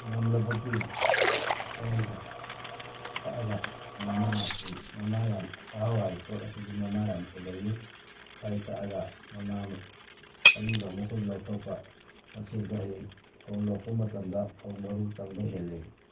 ꯉꯝꯂꯕꯗꯤ ꯎꯀꯥꯏꯅ ꯇꯛꯑꯒ ꯃꯥꯟꯅꯁꯤꯡ ꯃꯅꯥ ꯌꯥꯝ ꯆꯥꯛꯍꯥꯎ ꯍꯥꯏꯕ ꯄꯣꯠ ꯑꯁꯤꯗꯤ ꯃꯅꯥ ꯌꯥꯝ ꯆꯦꯟꯒꯜꯂꯤ ꯎꯀꯥꯏ ꯇꯛꯑꯒ ꯃꯅꯥ ꯑꯔꯤꯕ ꯃꯈꯩꯗꯨ ꯂꯧꯊꯣꯛꯄ ꯃꯁꯤꯅꯁꯨ ꯍꯌꯦꯡ ꯐꯧ ꯂꯣꯛꯄ ꯃꯇꯝꯗ ꯐꯧ ꯃꯔꯨ ꯆꯪꯕ ꯍꯦꯟꯂꯤ